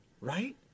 right